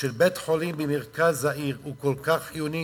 של בית-חולים במרכז העיר הוא כל כך חיוני,